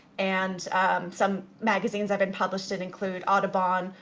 and some magazines i've been published in include audubon,